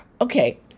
Okay